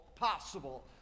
possible